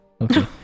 Okay